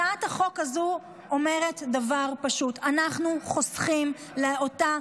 הצעת החוק הזו אומרת דבר פשוט: אנחנו חוסכים לאותה